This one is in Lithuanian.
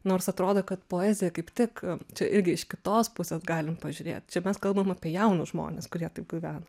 nors atrodo kad poezija kaip tik čia irgi iš kitos pusės galim pažiūrėt čia mes kalbam apie jaunus žmones kurie taip gyvena